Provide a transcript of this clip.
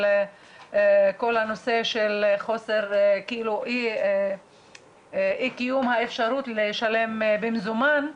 הנושא של אי קיום האפשרות לשלם במזומן,